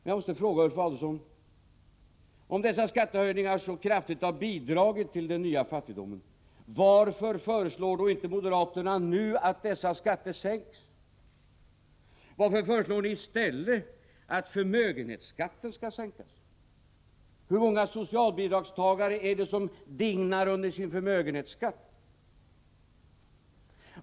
Jag måste fråga Ulf Adelsohn: Om dessa skattehöjningar så kraftigt har bidragit till den nya fattigdomen, varför föreslår då inte moderaterna att dessa skatter sänks? Varför föreslår ni i stället att förmögenhetsskatten skall sänkas? Hur många socialbidragstagare är det som dignar under sin förmögenhetsskatt?